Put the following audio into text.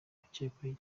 ukekwaho